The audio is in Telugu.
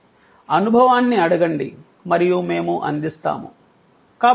'అనుభవాన్ని అడగండి మరియు మేము అందిస్తాము'